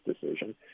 decision